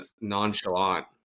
nonchalant